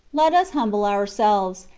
let us humble ourselves,